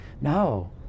No